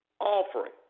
offering